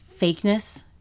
fakeness